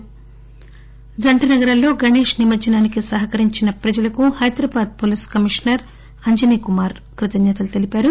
నిమజ్ఘనం జంటనగరాలలో గణశ్ నిమజ్జనానికి సహకరించిన ప్రజలకు హైదరాబాద్ పోలీసు కమిషనర్ స అంజనీకుమార్ కృతజ్ఞతలు తెలిపారు